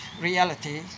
reality